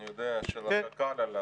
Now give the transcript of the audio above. אני יודע, של קק"ל.